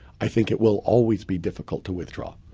i think it will always be difficult to withdraw.